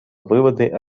выводы